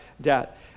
debt